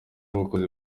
abayobozi